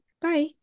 Bye